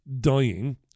dying